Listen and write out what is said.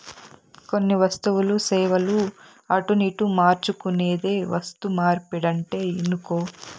కొన్ని వస్తువులు, సేవలు అటునిటు మార్చుకునేదే వస్తుమార్పిడంటే ఇనుకో